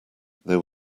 there